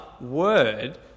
word